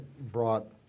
brought